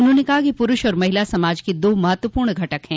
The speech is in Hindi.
उन्होंने कहा कि प्रूष और महिला समाज के दो महत्वपूर्ण घटक है